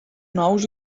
nous